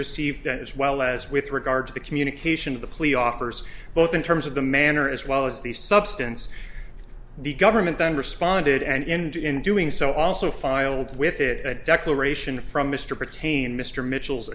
received as well as with regard to the communication of the police officers both in terms of the manner as well as the substance the government then responded and in doing so also filed with it a declaration from mr pertain mr mi